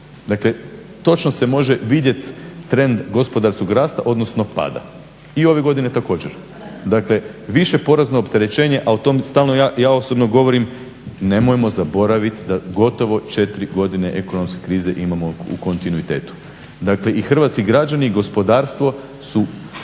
Dakle, točno se može vidjeti trend gospodarskog rasta, odnosno pada. I ove godine također. Dakle, više porezno opterećenje, a o tom stalno ja osobno govorim, nemojmo zaboraviti da gotovo četiri godine ekonomske krize imamo u kontinuitetu. Dakle, i hrvatski građani i gospodarstvo su